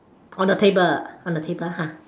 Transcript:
on the table on the table ah